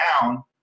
down